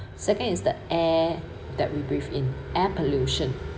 second is the air that we breathe in air pollution